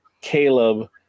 Caleb